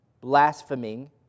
blaspheming